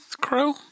Crow